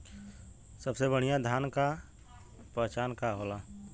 सबसे बढ़ियां धान का पहचान का होला?